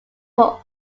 were